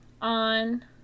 on